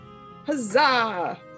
Huzzah